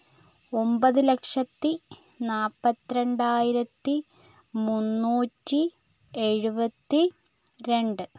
ഒൻപത് ലക്ഷത്തി നാപ്പത്തി രണ്ടായിരത്തി മുന്നൂറ്റി എഴുപത്തി രണ്ട്